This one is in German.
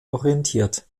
orientiert